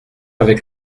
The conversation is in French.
avec